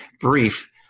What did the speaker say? brief